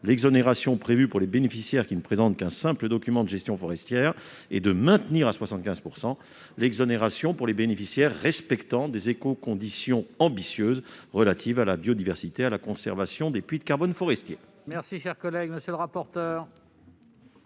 l'exonération prévue pour le bénéficiaire qui ne présente qu'un simple document de gestion forestière, et maintenir à 75 % l'exonération pour les bénéficiaires respectant des écoconditions ambitieuses relatives à la biodiversité et à la conservation des puits de carbone forestiers. Sur les amendements